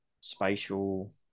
spatial